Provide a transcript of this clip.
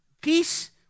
peace